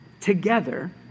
together